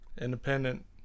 Independent